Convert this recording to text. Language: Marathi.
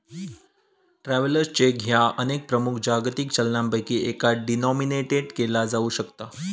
ट्रॅव्हलर्स चेक ह्या अनेक प्रमुख जागतिक चलनांपैकी एकात डिनोमिनेटेड केला जाऊ शकता